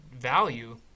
value